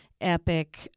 epic